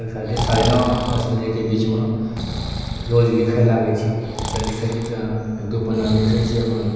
साढ़े नओ दस बजे के बीच मे रोज लिखय लागै छी तऽ लिखै छी तऽ एक दु पन्ना लिखै छी अपन